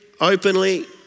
openly